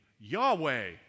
Yahweh